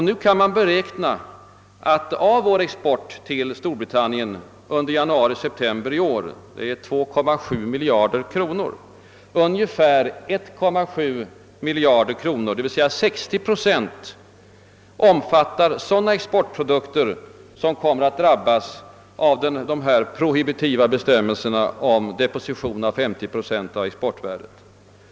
Nu kan man beräkna att av vår export till Storbritannien under januari—september i år — den uppgick till 2,7 miljarder kronor — ungefär 1,7 miljard kronor, d.v.s. 60 procent, omfattar sådana exportprodukter som kommer att drabbas av de nya prohibitiva bestämmelserna om deposition av 50 procent av exportvärdet.